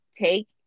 take